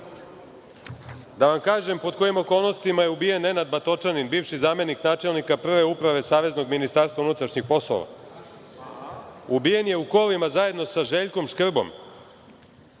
vam kažem pod kojim okolnostima je ubijen Nenad Batočanin, bivši zamenik načelnika Prve uprave Saveznog ministarstva unutrašnjih poslova, ubijen je u kolima zajedno sa Željko Škrbom.